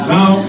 Now